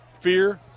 fear